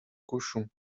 cochon